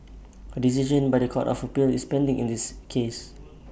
A decision by The Court of appeal is pending in this case